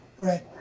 Right